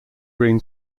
green